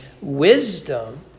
wisdom